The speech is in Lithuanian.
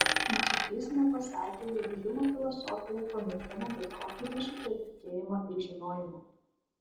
nesuklysime pasakę jog hjumo filosofija panaikino bet kokį ryšį tarp tikėjimo ir žinojimo